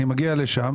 אני מגיע לשם,